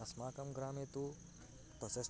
अस्माकं ग्रामे तु त्वचः